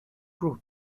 group